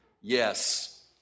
yes